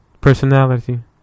personality